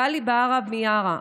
גלי בהרב-מיארה,